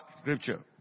scripture